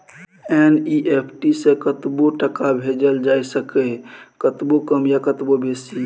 NEFT सँ कतबो टका भेजल जाए सकैए कतबो कम या कतबो बेसी